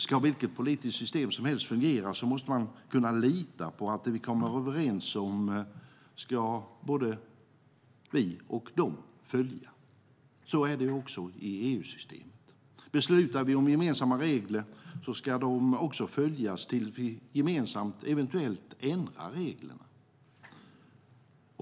Ska vilket politiskt system som helst fungera måste man kunna lita på att både vi och de ska följa det vi kommer överens om. Så är det också i EU-systemet. Beslutar vi om gemensamma regler så ska de också följas tills vi gemensamt eventuellt ändrar dem.